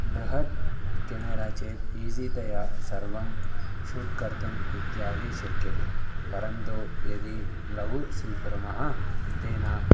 बृहत् केमेरा चेत् ईज़ीतया सर्वं शूट् कर्तुम् इत्यादि शक्यते परन्तु यदि लघु स्वीकुर्मः तेन